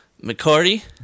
McCarty